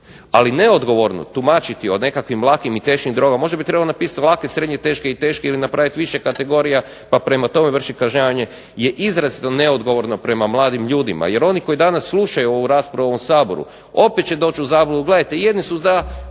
Ali neodgovorno tumačiti o nekakvim lakim i teškim drogama, možda bi trebalo napisati lake, srednje teške i teške ili napravit više kategorija pa prema tome vršit kažnjavanje je izrazito neodgovorno prema mladim ljudima, jer oni koji danas slušaju ovu raspravu u Saboru opet će doći u zabludu. Gledajte jedni su za,